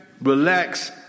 relax